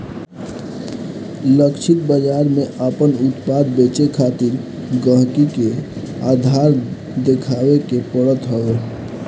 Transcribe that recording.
लक्षित बाजार में आपन उत्पाद बेचे खातिर गहकी के आधार देखावे के पड़त हवे